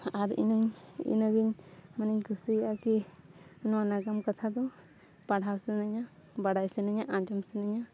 ᱟᱨ ᱤᱱᱟᱹᱜᱤᱧ ᱢᱟᱱᱮᱧ ᱠᱩᱥᱤᱭᱟᱜᱼᱟ ᱠᱤ ᱱᱚᱣᱟ ᱱᱟᱜᱟᱢ ᱠᱟᱛᱷᱟ ᱫᱚ ᱯᱟᱲᱦᱟᱣ ᱥᱟᱱᱟᱧᱟ ᱵᱟᱲᱟᱭ ᱥᱟᱱᱟᱧᱟ ᱟᱸᱡᱚᱢ ᱥᱟᱱᱟᱧᱟ